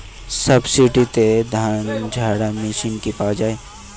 সাবসিডিতে ধানঝাড়া মেশিন কি পাওয়া য়ায়?